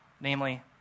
namely